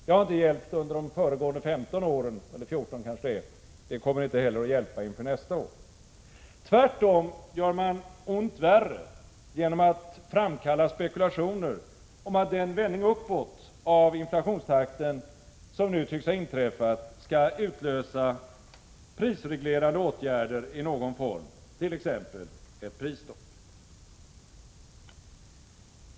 Det har inte hjälpt under de föregående 14 åren, och det kommer inte heller att hjälpa inför nästa år. Tvärtom gör man ont värre genom att framkalla spekulationer om att den vändning uppåt av inflationstakten som nu tycks ha inträffat skall utlösa prisreglerande åtgärder i någon form, t.ex. ett prisstopp.